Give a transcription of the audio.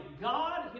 god